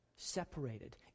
separated